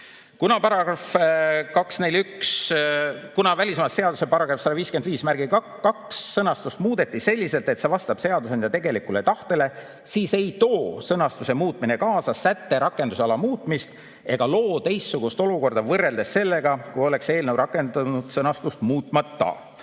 Kuna välismaalaste seaduse § 1552sõnastust muudeti selliselt, et see vastab seadusandja tegelikule tahtele, siis ei too sõnastuse muutmine kaasa sätte rakendusala muutmist ega loo teistsugust olukorda võrreldes sellega, kui oleks eelnõu rakendunud sõnastust muutmata.